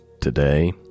today